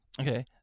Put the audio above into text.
Okay